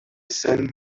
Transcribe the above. sun